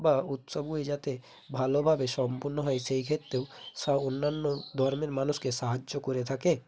বা উৎসবগুলি যাতে ভালোভাবে সম্পন্ন হয় সেইক্ষেত্রেও সা অন্যান্য ধর্মের মানুষকে সাহায্য করে থাকে